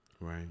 Right